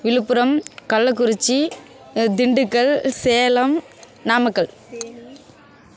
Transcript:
Villupuram Kallakurichi Dindigul Salem Namakkal Theni